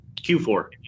q4